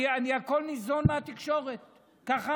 אני ניזון מהתקשורת בכול.